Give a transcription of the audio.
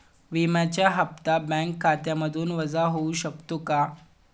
विम्याचा हप्ता बँक खात्यामधून वजा होऊ शकतो का?